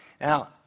Now